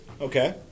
Okay